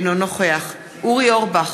אינו נוכח אורי אורבך,